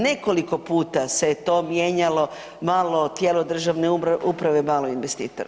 Nekoliko puta se to mijenjalo malo tijelo državne uprave, malo investitor.